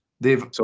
Dave